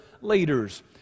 leaders